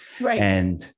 Right